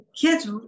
kids